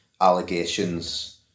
allegations